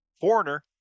Foreigner